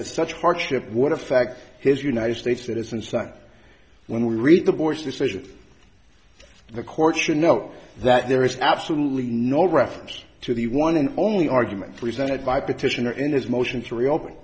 that such hardship would affect his united states citizen son when we read the boy's decision the court should know that there is absolutely no reference to the one and only argument presented by petitioner in his motion to reopen